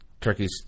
Turkey's